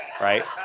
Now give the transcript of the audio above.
right